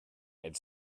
and